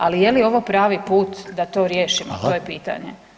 Ali je li ovo pravi put da to riješimo to je pitanje.